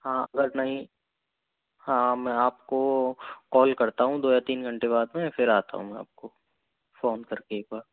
हाँ अगर नहीं हाँ मैं आपको कॉल करता हूँ दो या तीन घंटे बाद में फिर आता हूँ मैं आपको फोन करके एक बार